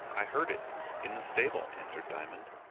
i heard it in the stable, answered diamond.